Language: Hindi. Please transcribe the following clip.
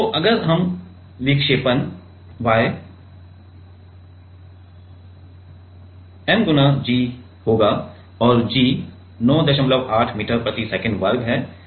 तो अगर हम तो विक्षेपण y m गुणा g होगा g 98 मीटर प्रति सेकंड वर्ग है जो 6 kG से विभाजित है